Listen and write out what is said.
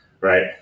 right